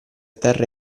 terra